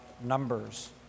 Numbers